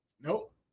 Nope